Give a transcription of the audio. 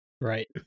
Right